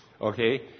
Okay